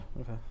okay